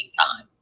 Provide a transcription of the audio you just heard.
time